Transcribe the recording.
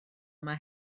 yma